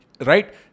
Right